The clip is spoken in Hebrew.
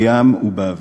בים ובאוויר.